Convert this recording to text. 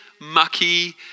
mucky